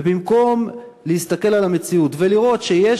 ובמקום להסתכל על המציאות ולראות שיש